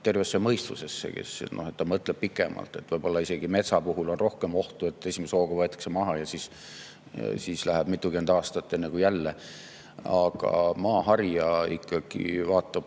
tervesse mõistusesse, et ta mõtleb pikemalt ette. Võib-olla isegi metsa puhul on rohkem ohtu, et esimese hooga võetakse maha ja siis läheb mitukümmend aastat, enne kui jälle [saab]. Aga maaharija ikkagi vaatab